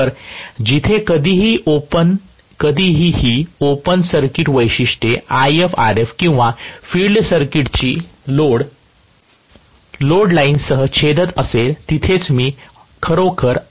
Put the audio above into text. तर जिथे कधीही ही ओपन सर्किट वैशिष्ट्ये IfRf किंवा फिल्ड सर्किटची लोड लाइनसह छेदत असेल तिथेच मी खरोखर ऑपरेटिंग पॉईंटला पोहोचणार आहे